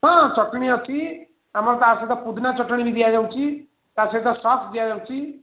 ହଁ ଚଟଣି ଅଛି ଆମର ତା' ସହିତ ବି ପୁଦିନା ଚଟଣି ବି ଦିଆଯାଉଛି ତା' ସହିତ ସସ୍ ଦିଆଯାଉଛି